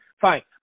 fine